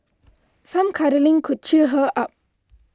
some cuddling could cheer her up